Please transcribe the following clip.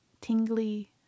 tingly